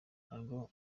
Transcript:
narwo